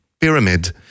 pyramid